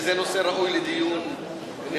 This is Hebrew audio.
כי זה נושא ראוי לדיון בנפרד,